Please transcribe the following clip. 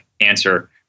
answer